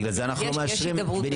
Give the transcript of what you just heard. בגלל זה אנחנו מאשרים בניגוד.